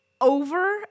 over